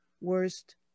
Worst